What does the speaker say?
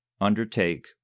undertake